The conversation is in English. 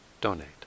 donate